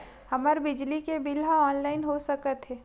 हमर बिजली के बिल ह ऑनलाइन हो सकत हे?